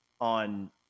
on